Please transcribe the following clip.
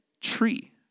tree